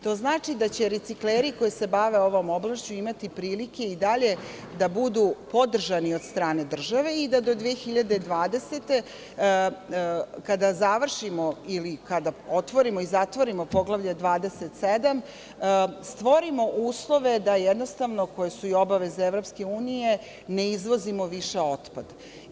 To znači da će recikleri koji se bave ovom oblašću imati prilike i dalje da budu podržani od strane državi i da do 2020. godine, kada završimo ili kada otvorimo i zatvorimo poglavlje 27, stvorimo uslove da jednostavno koje su i obaveze EU, ne izvozimo više otpad.